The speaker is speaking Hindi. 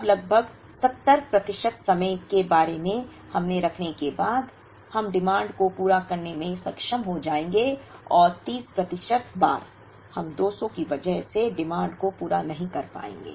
अब लगभग 70 प्रतिशत समय के बारे में रखने के बाद हम मांग को पूरा करने में सक्षम हो जाएंगे और 30 प्रतिशत बार हम 200 की वजह से मांग को पूरा नहीं कर पाएंगे